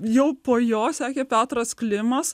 jau po jo sekė petras klimas